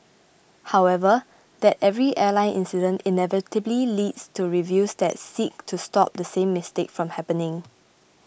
however that every airline incident inevitably leads to reviews that seek to stop the same mistake from happening